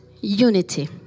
unity